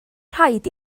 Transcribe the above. rhaid